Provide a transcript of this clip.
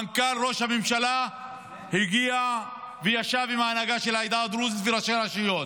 מנכ"ל ראש הממשלה הגיע וישב עם ההנהגה של העדה הדרוזית וראשי הרשויות,